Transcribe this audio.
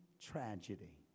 tragedy